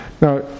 Now